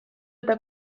eta